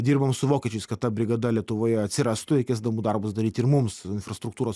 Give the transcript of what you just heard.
dirbam su vokiečiais kad ta brigada lietuvoje atsirastų reikės namų darbus daryt ir mums infrastruktūros